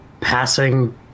passing